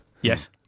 yes